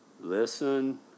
Listen